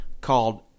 called